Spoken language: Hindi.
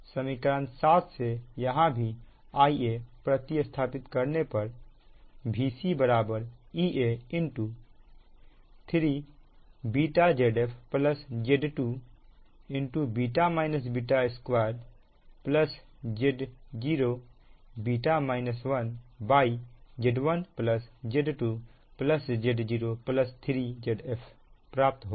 समीकरण 7 से यहां भी Ia प्रति स्थापित करने पर Vc Ea 3ZfZ2β β2Z0β 1Z1Z2Z03Zf प्राप्त होगा